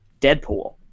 deadpool